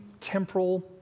temporal